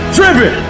driven